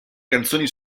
canzoni